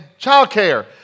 childcare